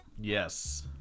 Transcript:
Yes